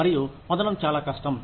మరియు పొందడం చాలా కష్టం